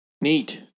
Neat